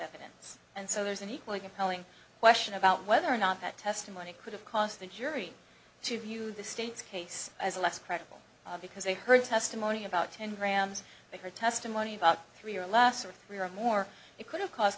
evidence and so there's an equally compelling question about whether or not that testimony could have cost the jury to view the state's case as less credible because they heard testimony about ten grams they heard testimony about three or less or three or more it could have cause